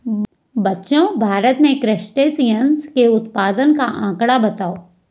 बच्चों भारत में क्रस्टेशियंस के उत्पादन का आंकड़ा बताओ?